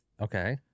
Okay